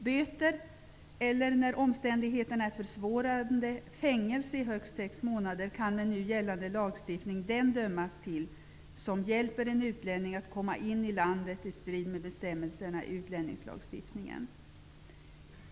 Böter eller, när omständigheterna är försvårande, fängelse i högst sex månader, kan med nu gällande lagstiftning den person dömas till som hjälper en utlänning att komma in i landet i strid med bestämmelserna i utlänningslagstiftningen.